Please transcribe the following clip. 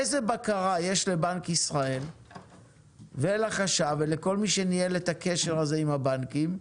איזה בקרה יש לבנק ישראל ולחשב ולכל מי שניהל את הקשר הזה עם הבנקים,